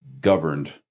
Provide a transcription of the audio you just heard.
governed